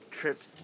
trips